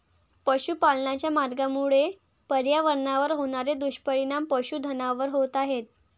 पशुपालनाच्या मार्गामुळे पर्यावरणावर होणारे दुष्परिणाम पशुधनावर होत आहेत